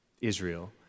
Israel